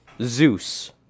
Zeus